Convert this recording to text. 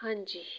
ਹਾਂਜੀ